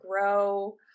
grow